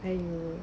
then you